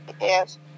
Yes